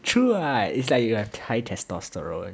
true [what] is like you have high testosterone